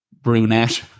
Brunette